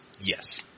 Yes